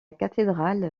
cathédrale